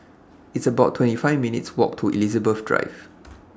It's about twenty five minutes' Walk to Elizabeth Drive